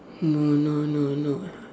no no no no